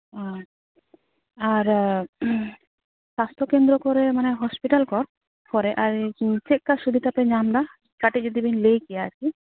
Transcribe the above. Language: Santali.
ᱚᱻ ᱟᱨ ᱥᱟᱥᱛᱷᱚ ᱠᱮᱱᱫᱨᱚ ᱠᱚᱨᱮ ᱢᱟᱱᱮ ᱦᱚᱥᱯᱤᱴᱟᱞ ᱠᱚ ᱠᱚᱨᱮ ᱟᱨ ᱪᱮᱫᱞᱮᱠᱟ ᱥᱩᱵᱤᱫᱷᱟ ᱯᱮ ᱧᱟᱢ ᱮᱫᱟ ᱠᱟᱹᱴᱤᱡ ᱡᱩᱫᱤᱵᱮᱱ ᱞᱟᱹᱭ ᱠᱮᱭᱟ ᱟᱨᱠᱤ